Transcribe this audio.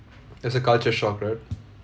there's a culture shock right